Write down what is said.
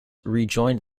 rejoined